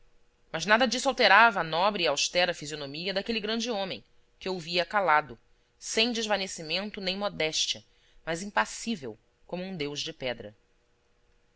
mas nada disso alterava a nobre e austera fisionomia daquele grande homem que ouvia calado sem desvanecimento nem modéstia mas impassível como um deus de pedra